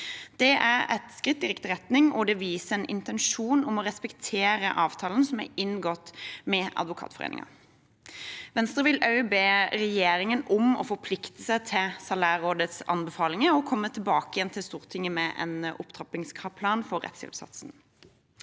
Det er et skritt i riktig retning, og det viser en intensjon om å respektere avtalen som er inngått med Advokatforeningen. Venstre vil også be regjeringen om å forplikte seg til Salærrådets anbefalinger og komme tilbake til Stortinget med en opptrappingsplan for rettshjelpssatsen.